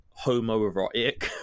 homoerotic